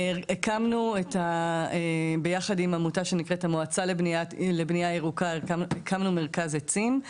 הקמנו ביחד עם עמותה שנקראת המועצה לבנייה ירוקה הקמנו מרכז עצים,